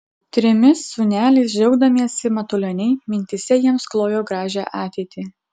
trimis sūneliais džiaugdamiesi matulioniai mintyse jiems klojo gražią ateitį